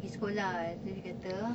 pergi sekolah so dia kata